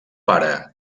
pare